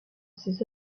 ses